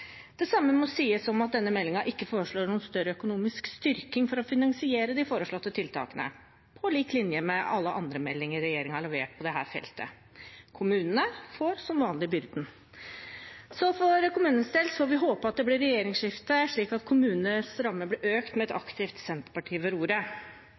Det samme må sies om at denne meldingen ikke foreslår noen større økonomisk styrking for å finansiere de foreslåtte tiltakene – på lik linje med alle andre meldinger regjeringen har levert på dette feltet. Kommunene får som vanlig byrden, så for kommunenes del får vi håpe at det blir regjeringsskifte, slik at kommunenes rammer blir økt med et